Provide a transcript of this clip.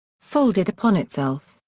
folded upon itself,